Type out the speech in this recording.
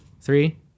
three